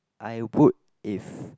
I would if